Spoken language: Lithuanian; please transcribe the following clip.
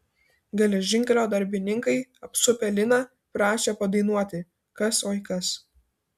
geležinkelio darbininkai apsupę liną prašė padainuoti kas oi kas